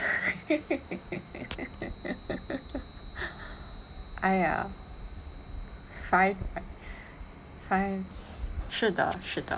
!aiya! fine fine 是的是的